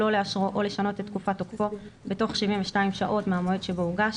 לא לאשרו או לשנות את תקופת תוקפו בתוך 72 שעות מהמועד שבו הוגש